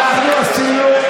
אנחנו עשינו,